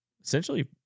essentially